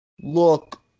look